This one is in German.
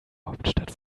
hauptstadt